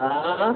हाँ